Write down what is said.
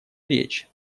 речь